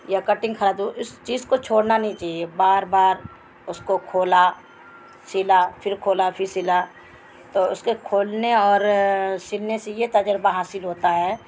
یا کٹنگ کرد اس چیز کو چھوڑنا نہیں چاہیے بار بار اس کو کھولا سلا پھر کھولا پھر سلا تو اس کے کھولنے اور سلنے سے یہ تجربہ حاصل ہوتا ہے